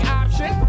option